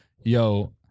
yo